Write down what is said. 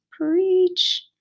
Preach